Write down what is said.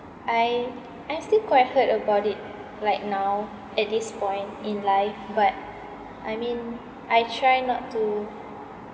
I~ I'm still quite hurt about it like now at this point in life but I mean I try not to